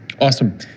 Awesome